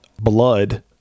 blood